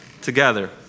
together